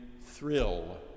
thrill